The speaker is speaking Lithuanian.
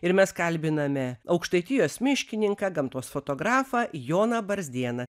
ir mes kalbiname aukštaitijos miškininką gamtos fotografą joną barzdieną